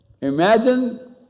Imagine